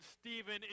Stephen